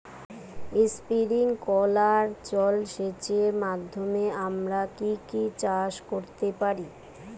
Sprinkler জলসেচের মাধ্যমে আমরা কি কি চাষ করতে পারি?